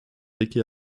vicky